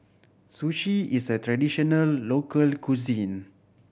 sushi is a traditional local cuisine